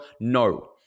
No